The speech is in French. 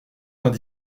vingt